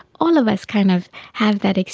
all of us kind of have that